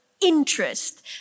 interest